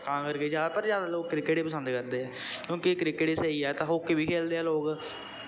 तां करके ज्यादा पर ज्यादा लोग क्रिकेट ई पसंद करदे ऐ क्योंकि क्रिकेट ई स्हेई ऐ ते हाकी बी खेलदे ऐ लोग